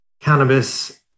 cannabis